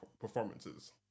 performances